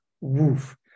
woof